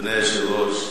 אדוני היושב-ראש,